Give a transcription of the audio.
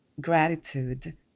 gratitude